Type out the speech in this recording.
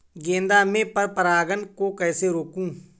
गेंदा में पर परागन को कैसे रोकुं?